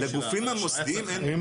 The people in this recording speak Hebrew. לגופים המוסדיים אין מידע?